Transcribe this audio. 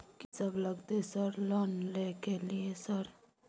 कि सब लगतै सर लोन ले के लिए सर?